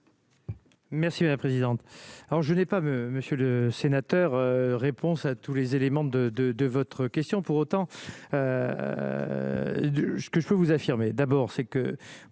Merci la présidente, alors je n'ai pas monsieur le sénateur, réponse à tous les éléments de, de, de votre question, pour autant, ce que je peux vous affirmer d'abord c'est que